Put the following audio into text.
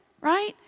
right